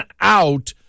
out